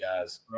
guys